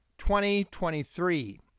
2023